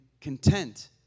content